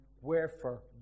Wherefore